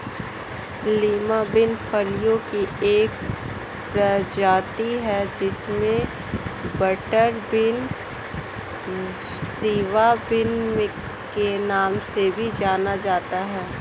Lima bean फलियों की एक प्रजाति है जिसे बटरबीन, सिवा बिन के नाम से भी जाना जाता है